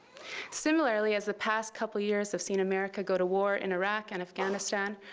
similarly, as the past couple of years have seen america go to war in iraq and afghanistan,